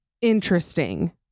interesting